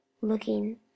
looking